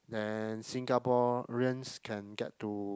then Singaporeans can get to